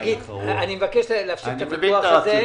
שגית, אני מבקש להפסיק את הוויכוח הזה.